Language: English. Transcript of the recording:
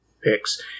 picks